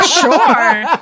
Sure